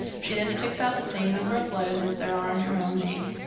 she then picks out the same number of letters as there are in her own name.